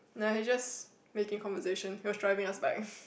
like he just making conversation he was driving us back